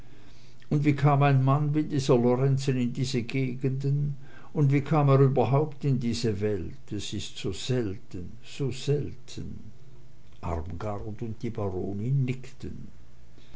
und wie kam ein mann wie dieser lorenzen in diese gegenden und wie kam er überhaupt in diese welt es ist so selten so selten armgard und die baronin nickten